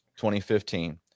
2015